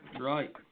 Right